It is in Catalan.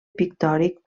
pictòric